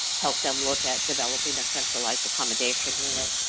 help them look at developing a centralized accommodation unit,